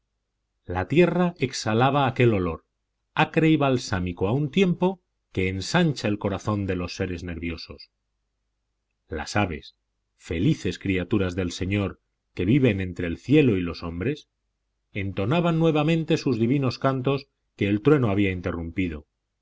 la tierra exhalaba aquel olor acre y balsámico a un propio tiempo que ensancha el corazón de los seres nerviosos las aves felices criaturas del señor que viven entre el cielo y los hombres entonaban nuevamente sus divinos cantos que el trueno había interrumpido